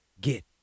get